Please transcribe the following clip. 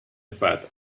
fat